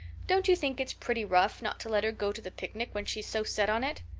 don't you think it's pretty rough not to let her go to the picnic when she's so set on it?